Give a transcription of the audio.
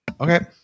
Okay